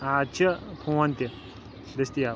آز چھِ فوٗن تہِ دٔستِیاب